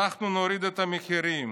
אנחנו נוריד את המחירים.